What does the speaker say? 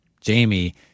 Jamie